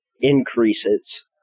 increases